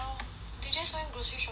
they just went grocery shopping though